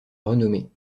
renommée